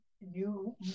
new